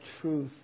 truth